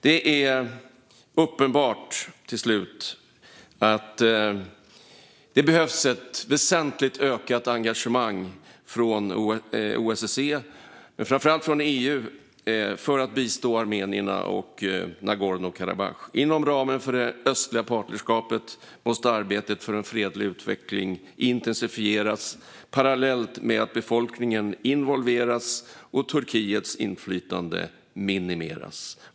Det är uppenbart, till slut, att det behövs ett väsentligt ökat engagemang från OSSE och framför allt från EU för att bistå armenierna och Nagorno-Karabach. Inom ramen för det östliga partnerskapet måste arbetet för en fredlig utveckling intensifieras parallellt med att befolkningen involveras och Turkiets inflytande minimeras.